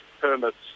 permits